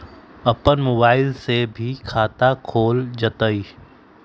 अपन मोबाइल से भी खाता खोल जताईं?